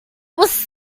was